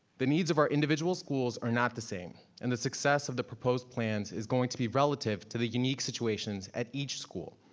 the needs of our individual schools are not the same. and the success of the proposed plans is going to be relative to the unique situations at each school,